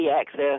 access